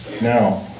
Now